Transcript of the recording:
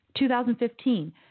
2015